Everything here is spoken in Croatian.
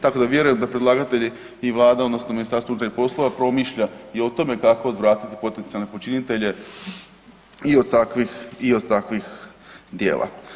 Tako da vjerujem da predlagatelji i vlada odnosno MUP promišlja i o tome kako odvratiti potencijalne počinitelje i od takvih i od takvih djela.